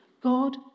God